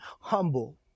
humble